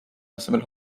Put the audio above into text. asemel